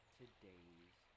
today's